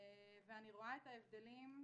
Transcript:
ואני רואה את ההבדלים,